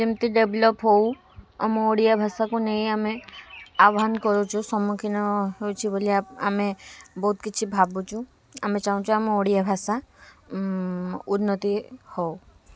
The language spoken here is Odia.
ଯେମିତି ଡେଭଲପ୍ ହେଉ ଆମ ଓଡ଼ିଆ ଭାଷାକୁ ନେଇ ଆମେ ଆହ୍ୱାନ କରୁଛୁ ସମ୍ମୁଖୀନ ହୋଇଛି ବୋଲି ଆମ ଆମେ ବହୁତ କିଛି ଭାବୁଛୁ ଆମେ ଚାହୁଁଛୁ ଆମ ଓଡ଼ିଆ ଭାଷା ଉନ୍ନତି ହେଉ